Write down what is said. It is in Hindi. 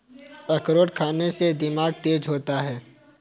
अखरोट खाने से दिमाग तेज होता है